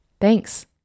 Thanks